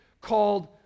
called